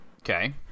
Okay